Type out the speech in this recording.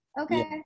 okay